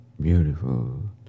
beautiful